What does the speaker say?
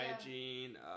hygiene